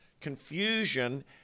confusion